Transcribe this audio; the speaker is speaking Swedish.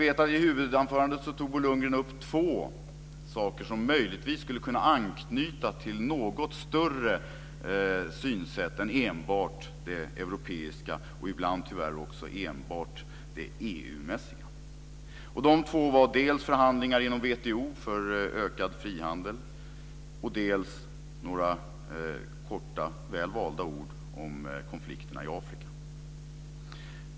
I sitt huvudanförande tog Bo Lundgren upp två saker som möjligtvis skulle kunna anknytas till något större synsätt än enbart det europeiska och inbland tyvärr enbart det EU-mässiga. De två var dels förhandlingar inom WTO för ökad frihandel, dels några korta välvalda ord om konflikterna i Afrika.